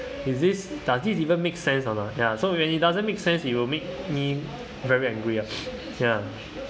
is this does this even makes sense or not ya so if it doesn't make sense it will make me very angry lah ya